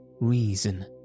reason